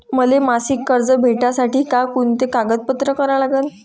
मले मासिक कर्ज भेटासाठी का कुंते कागदपत्र लागन?